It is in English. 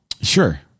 Sure